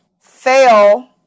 fail